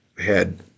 head